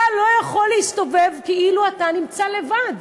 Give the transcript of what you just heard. אתה לא יכול להסתובב כאילו אתה נמצא לבד.